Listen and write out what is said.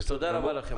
תודה רבה לכם.